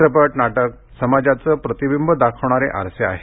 चित्रपट नाटक समाजाचे प्रतिबिंब दाखवणारे आरसे आहेत